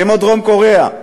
כמו דרום-קוריאה,